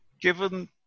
Given